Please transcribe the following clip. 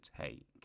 take